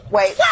Wait